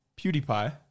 PewDiePie